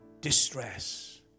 distress